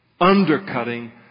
undercutting